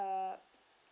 uh